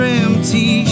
empty